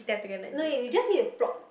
no you you just need to plot